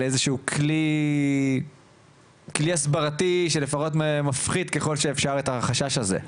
על איזה שהוא כלי הסברתי שלפחות מפחיד ככל האפשר את הדבר הזה,